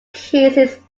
cases